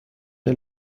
der